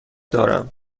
دارم